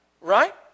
Right